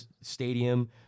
Stadium